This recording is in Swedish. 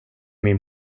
min